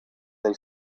they